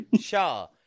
Shah